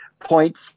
point